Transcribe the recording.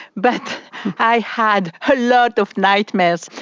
but i had a lot of nightmares.